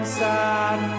sad